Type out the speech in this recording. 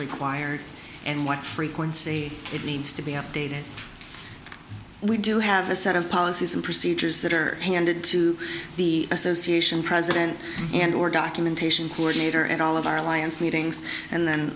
required and what frequency it needs to be updated we do have a set of policies and procedures that are handed to the association president and org occupation coordinator and all of our alliance meetings and then